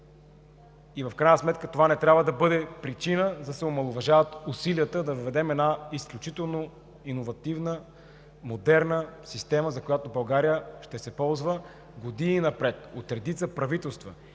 и в крайна сметка това не трябва да бъде причина да се омаловажават усилията да не въведем една изключително иновативна, модерна система, от която България ще се ползва години напред от редица правителства.